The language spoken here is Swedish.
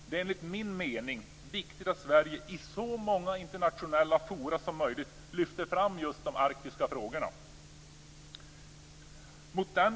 Det är enligt min mening viktigt att Sverige i så många internationella forum som möjligt lyfter fram just de arktiska frågorna.